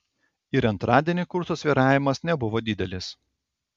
ir antradienį kurso svyravimas nebuvo didelis